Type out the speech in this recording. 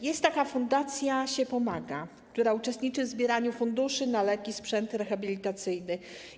Jest taka fundacja Siepomaga, która uczestniczy w zbieraniu funduszy na leki i sprzęt rehabilitacyjny.